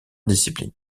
discipline